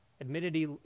admittedly